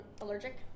allergic